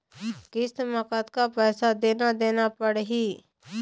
किस्त म कतका पैसा देना देना पड़ही?